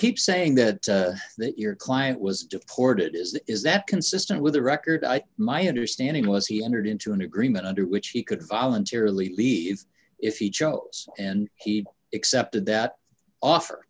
saying that that your client was deported is that is that consistent with the record i my understanding was he entered into an agreement under which he could voluntarily leave if he chose and he accepted that offer